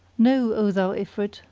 know, o thou ifrit,